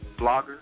bloggers